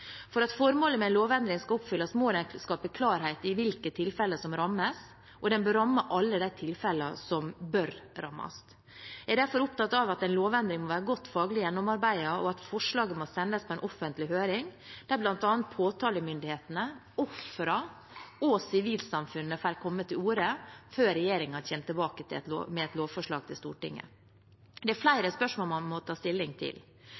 for. For at formålet med en lovendring skal oppfylles, må den skape klarhet i hvilke tilfeller som rammes, og den bør ramme alle de tilfeller som bør rammes. Jeg er derfor opptatt av at en lovendring må være godt faglig gjennomarbeidet, og at forslaget må sendes på en offentlig høring, der bl.a. påtalemyndighetene, ofrene og sivilsamfunnet får komme til orde før regjeringen kommer tilbake med et lovforslag til Stortinget. Det er flere spørsmål man må ta stilling til.